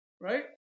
right